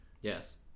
Yes